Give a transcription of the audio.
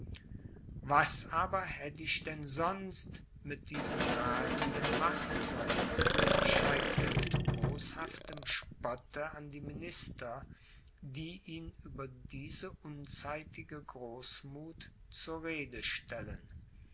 was aber hätt ich denn sonst mit diesem rasenden machen sollen schreibt er mit boshaftem spotte an die minister die ihn über diese unzeitige großmuth zur rede stellen